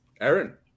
Aaron